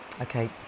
okay